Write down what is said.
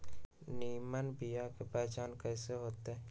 निमन बीया के पहचान कईसे होतई?